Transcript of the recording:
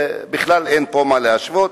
שבכלל אין פה מה להשוות,